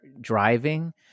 driving